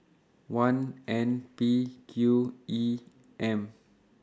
one N P Q E M